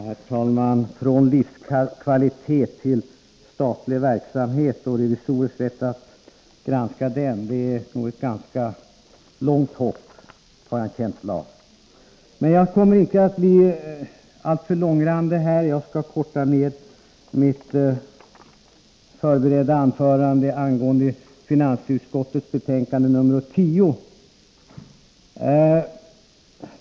Herr talman! Från livskvalitet till revisorers rätt att granska statlig verksamhet är det ett ganska långt hopp, har jag en känsla av. Jag kommer inte att bli alltför långrandig utan skall korta ner mitt förberedda anförande angående finansutskottets betänkande nr 10.